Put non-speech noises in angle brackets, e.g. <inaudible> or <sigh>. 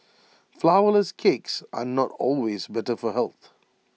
<noise> Flourless Cakes are not always better for health